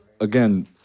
again